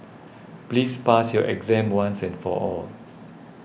please pass your exam once and for all